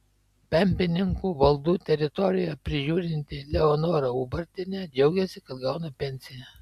pempininkų valdų teritoriją prižiūrinti leonora ubartienė džiaugiasi kad gauna pensiją